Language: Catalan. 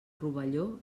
rovelló